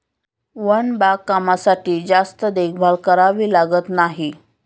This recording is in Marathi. वन बागकामासाठी जास्त देखभाल करावी लागत नाही